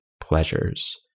pleasures